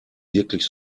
wirklich